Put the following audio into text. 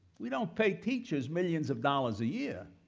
we don't pay teachers millions of dollars a year,